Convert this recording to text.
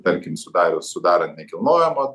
tarkim sudarius sudarant nekilnojamo